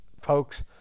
folks